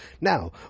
Now